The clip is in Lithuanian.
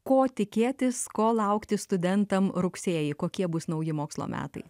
ko tikėtis ko laukti studentam rugsėjį kokie bus nauji mokslo metai